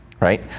Right